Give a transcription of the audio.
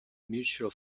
mutual